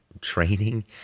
training